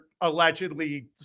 allegedly